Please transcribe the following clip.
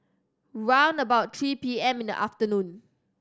round about three P M in the afternoon